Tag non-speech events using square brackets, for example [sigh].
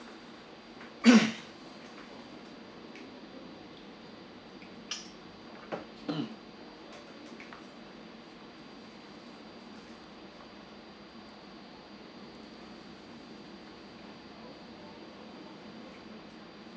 [coughs] mm